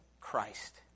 Christ